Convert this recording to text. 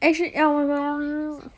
actually LOL